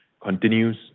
continues